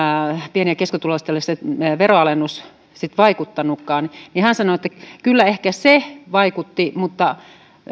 pieni ja keskituloisten veroalennus sitten vaikuttanutkaan hän sanoi että kyllä ehkä se vaikutti mutta